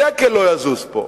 שקל לא יזוז פה.